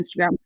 Instagram